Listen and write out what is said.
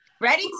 Ready